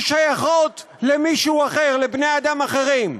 שהן שייכות למישהו אחר, לבני-אדם אחרים.